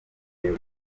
ayo